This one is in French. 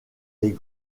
les